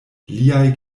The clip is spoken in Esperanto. liaj